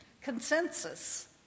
consensus